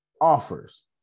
offers